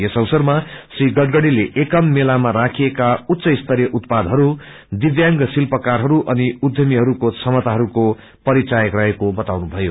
यस अवसरमा श्री गड़करीले एकम मेलामा ाखिएका ाउच्चस्तरिय उतपादहरू दिव्यांग शिल्पकारहरू अनि उण्ध्यमीहरूको क्षमताहरूको परिचायक रहेको बताउनुभयो